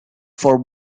for